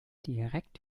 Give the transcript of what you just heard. direkt